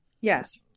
Yes